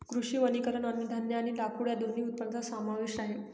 कृषी वनीकरण अन्नधान्य आणि लाकूड या दोन्ही उत्पादनांचा समावेश आहे